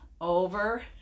over